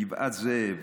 גבעת זאב,